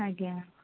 ଆଜ୍ଞା